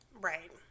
Right